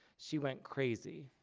she went crazy.